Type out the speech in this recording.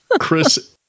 Chris